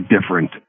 different